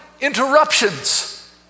interruptions